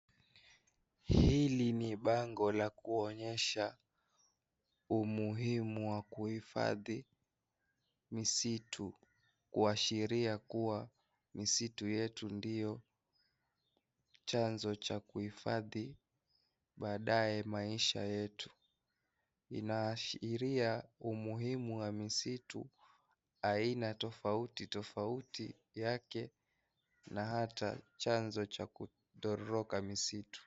Hili ni bango la kuonyesha umuhimu wa kuhifadhi misitu kuashiria kuwa misitu yetu ndio chanzo cha kuhifadhi baadaye maisha yetu. Inaashiria pia umuhimu wa misitu aina tofauti tofauti yake na hata chanzo cha kutoroka misitu.